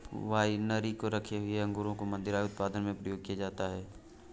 winery में रखे हुए अंगूरों को मदिरा उत्पादन में प्रयोग किया जाता है